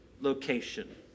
location